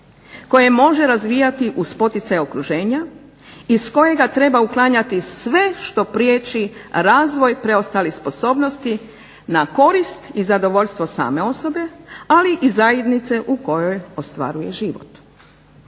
koje može razvijati uz poticaj okruženja iz kojega treba uklanjati sve što priječi razvoj preostalih sposobnosti na korist i zadovoljstvo same osobe ali i zajednice u kojoj ostvaruje život.